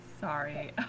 Sorry